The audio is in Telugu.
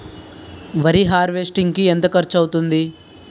వరి హార్వెస్టింగ్ కి ఎంత ఖర్చు అవుతుంది?